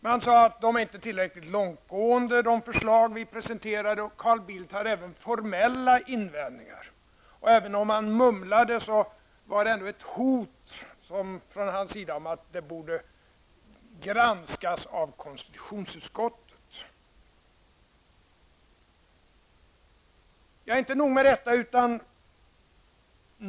Man sade att det förslag vi presenterade inte var tillräckligt långtgående. Carl Bildt hade även formella invändningar. Även om han mumlade innebar det ändå ett hot från hans sida om att förslaget borde granskas av konstitutionsutskottet. Inte nog med detta.